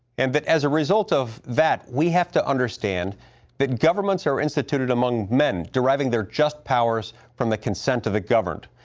and that as a result of that we have to understand that governments are instituted among men deriving their just powers from the consent of the governed.